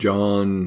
John